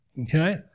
Okay